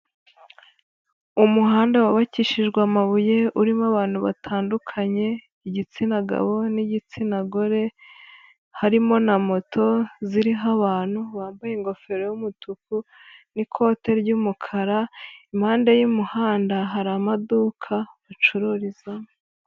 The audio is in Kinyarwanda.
Umuhanda wubakishijwe amabuye urimo abantu batandukanye igitsina gabo n'igitsina gore, harimo na moto ziriho abantu bambaye ingofero y'umutuku n'ikote ry'umukara, impande y'umuhanda hari amaduka bacururizamo.